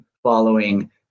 Following